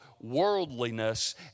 worldliness